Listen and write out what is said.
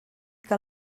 que